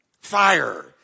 fire